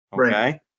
okay